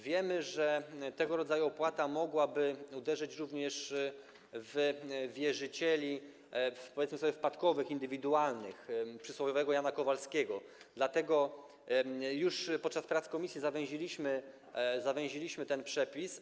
Wiemy, że tego rodzaju opłata mogłaby uderzyć również w wierzycieli, powiedzmy sobie, wpadkowych, indywidualnych, przysłowiowego Jana Kowalskiego, dlatego już podczas prac komisji zawęziliśmy ten przepis.